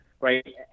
Right